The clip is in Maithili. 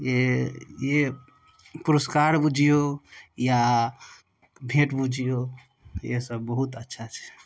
जे पुरस्कार बुझियौ या भेंट बुझियौ इहे सब बहुत अच्छा छै